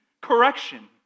correction